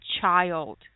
child